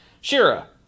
Shira